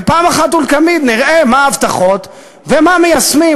ופעם אחת ולתמיד נראה מה ההבטחות ומה מיישמים,